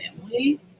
family